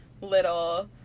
little